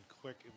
quick